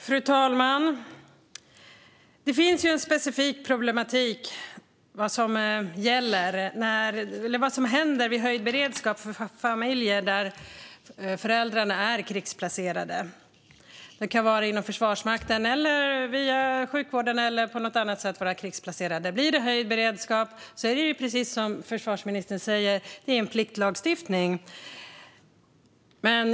Fru talman! Det finns en specifik problematik för familjer där föräldrarna är krigsplacerade när det gäller vad som händer vid höjd beredskap. Man kan vara krigsplacerad inom Försvarsmakten, inom sjukvården eller någon annanstans. Blir det höjd beredskap är det precis som försvarsministern säger så att pliktlagstiftningen gäller.